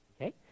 Okay